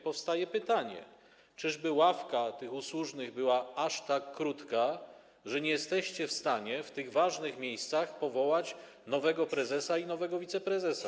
Powstaje pytanie: Czyżby ławka tych usłużnych była aż tak krótka, że nie jesteście w stanie na te ważne miejsca powołać nowego prezesa i nowego wiceprezesa?